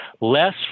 less